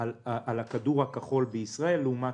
לעומת